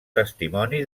testimoni